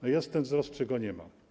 To jest ten wzrost, czy go nie ma?